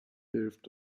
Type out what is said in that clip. hilft